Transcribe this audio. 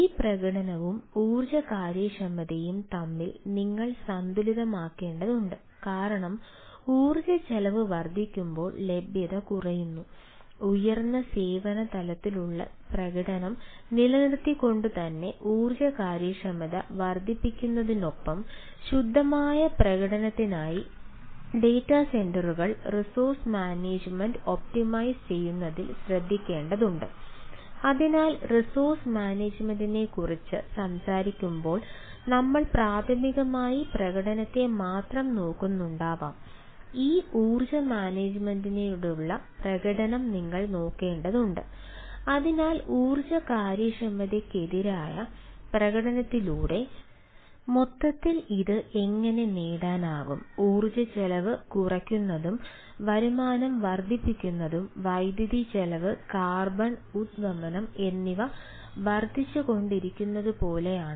ഈ പ്രകടനവും ഊർജ്ജ കാര്യക്ഷമതയും തമ്മിൽ നിങ്ങൾ സന്തുലിതമാക്കേണ്ടതുണ്ട് കാരണം ഊർജ്ജ ചെലവ് വർദ്ധിക്കുമ്പോൾ ലഭ്യത കുറയുന്നു ഉയർന്ന സേവന തലത്തിലുള്ള പ്രകടനം നിലനിർത്തിക്കൊണ്ടുതന്നെ ഊർജ്ജ കാര്യക്ഷമത വർദ്ധിപ്പിക്കുന്നതിനൊപ്പം ശുദ്ധമായ പ്രകടനത്തിനായി ഡാറ്റാ സെന്ററുകൾ ഉദ്വമനം എന്നിവ വർദ്ധിച്ചുകൊണ്ടിരിക്കുന്നതുപോലെയാണ്